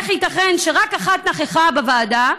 איך ייתכן שרק אחת נכחה בוועדה,